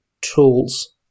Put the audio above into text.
tools